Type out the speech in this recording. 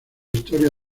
historia